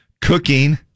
cooking